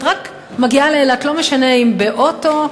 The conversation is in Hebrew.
את רק מגיעה לאילת, לא משנה אם באוטו,